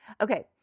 Okay